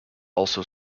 also